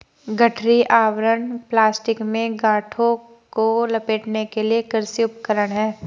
गठरी आवरण प्लास्टिक में गांठों को लपेटने के लिए एक कृषि उपकरण है